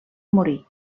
morir